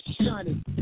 shining